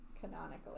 canonically